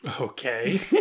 Okay